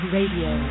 Radio